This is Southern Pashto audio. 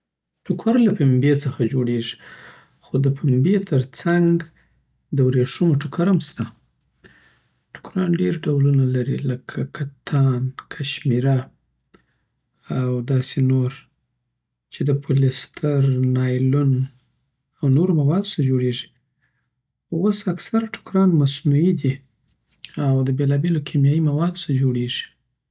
ټوکر له پنبی څخه جوړیږی. خو د پنبی ترڅنګ د وریښمو ټوکر هم سته. ټوکران ډیر ډولونه لری لکه کتان، کشمیره او داسی نور چی د پولیستر، نایلون او نورو موادو سه جوړیږی. اوس اکثره ټوکران مصنوعی دی او د بیلابیلو کیمیایی موادو سه څخه جوړیږی.